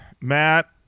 matt